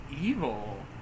evil